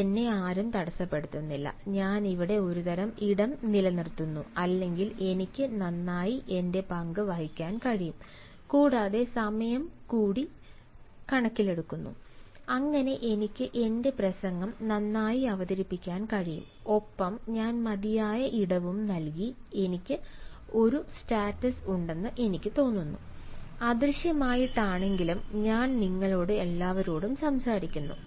എന്നെ ആരും തടസ്സപ്പെടുത്തുന്നില്ല ഞാൻ ഇവിടെ ഒരുതരം ഇടം നിലനിർത്തുന്നു അല്ലെങ്കിൽ എനിക്ക് നന്നായി എന്റെ പങ്ക് വഹിക്കാൻ കഴിയും കൂടാതെ സമയം കൂടി കണക്കിലെടുക്കുന്നു അങ്ങനെ എനിക്ക് എന്റെ പ്രസംഗം നന്നായി അവതരിപ്പിക്കാൻ കഴിയും ഒപ്പം ഞാൻ മതിയായ ഇടവും നൽകി എനിക്ക് ഒരു സ്റ്റാറ്റസ് ഉണ്ടെന്ന് എനിക്ക് തോന്നുന്നു അദൃശ്യമായിട്ടാണെങ്കിലും ഞാൻ നിങ്ങളോട് എല്ലാവരോടും സംസാരിക്കുന്നു